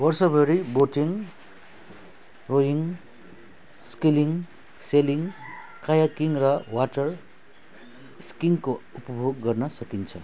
वर्षभरि boating rowing scaling sailing kayaking र water स्किइङको उपभोग गर्न सकिन्छ